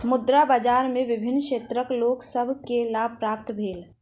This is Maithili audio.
मुद्रा बाजार में विभिन्न क्षेत्रक लोक सभ के लाभ प्राप्त भेल